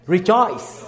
Rejoice